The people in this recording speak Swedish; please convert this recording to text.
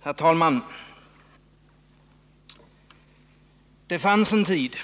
Fru talman! Det fanns en tid